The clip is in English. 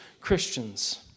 Christians